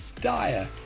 dire